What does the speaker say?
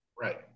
right